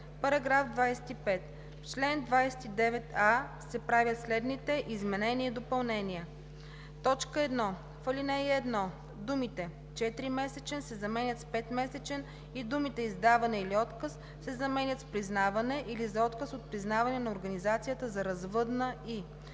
§ 25: „§ 25. В чл. 29а се правят следните изменения и допълнения: 1. В ал. 1 думите „4-месечен“ се заменят с „5-месечен“ и думите „издаване или отказ“ се заменят с „признаване или за отказ от признаване на организацията за развъдна и“.